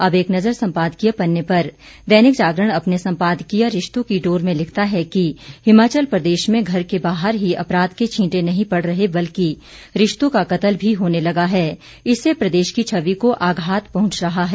अब एक नजर संपादकीय पन्ने पर दैनिक जागरण अपने संपादकीय रिश्तों की डोर में लिखता है कि हिमाचल प्रदेश में घर के बाहर ही अपराध के छीटें नहीं पड़ रहे बल्कि रिश्तों का कत्ल भी होने लगा है इससे प्रदेश की छवि को आघात पहच रहा है